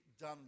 done